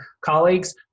colleagues